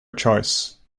choice